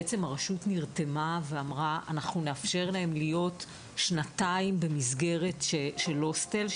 הרשות נרתמה ואמרה: אנחנו נאפשר להם להיות שנתיים במסגרת של הוסטל,